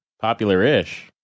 Popular-ish